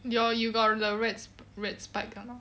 your you got the red red spike or not